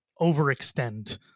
overextend